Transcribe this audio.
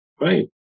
Right